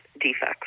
defects